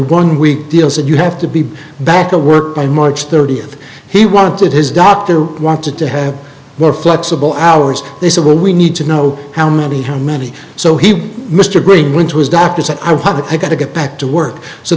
one week deal said you have to be back to work by march thirtieth he wanted his doctor wanted to have more flexible hours they said well we need to know how many how many so he mr green went to his doctors and i hugged i got to get back to work so